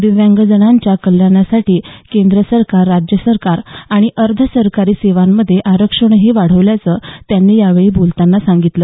दिव्यांगजनांच्या कल्याणासाठी केंद्र सरकार राज्य सरकार आणि अर्ध सरकारी सेवांमध्ये आरक्षणही वाढविल्याचं त्यांनी यावेळी बोलतांना सांगितलं